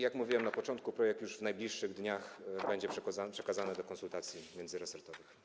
Jak mówiłem na początku, projekt już w najbliższych dniach będzie przekazany do konsultacji międzyresortowych.